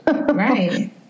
Right